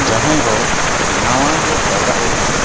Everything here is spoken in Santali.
ᱡᱟᱦᱟᱸᱭ ᱦᱚᱲ ᱱᱟᱣᱟ ᱜᱮ ᱯᱟᱭᱨᱟᱜ ᱮ ᱪᱮᱫᱚᱜᱼᱟ